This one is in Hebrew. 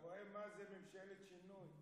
אתה רואה מה זה ממשלת שינוי?